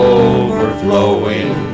overflowing